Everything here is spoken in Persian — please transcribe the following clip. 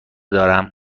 دارم